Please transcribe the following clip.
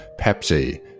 Pepsi